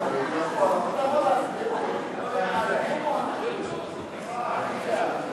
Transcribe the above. הפסוק אומר: "קול דמי אחיך צועקים